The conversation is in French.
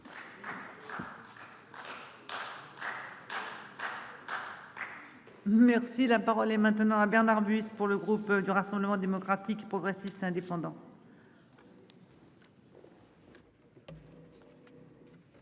Merci la parole est maintenant à Bernard bus pour le groupe du Rassemblement démocratique progressiste indépendant.